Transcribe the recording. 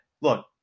look